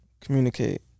Communicate